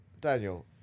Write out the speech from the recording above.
Daniel